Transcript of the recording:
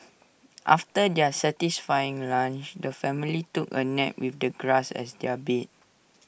after their satisfying lunch the family took A nap with the grass as their bed